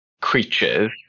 creatures